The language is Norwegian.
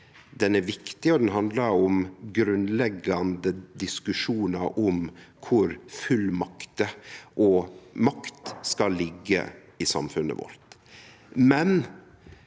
Ho er viktig, og ho handlar om grunnleggjande diskusjonar om kvar fullmakter og makt skal liggje i samfunnet vårt.